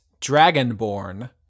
dragonborn